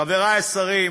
חברי השרים,